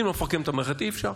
אם לא מפרקים את המערכת אי-אפשר.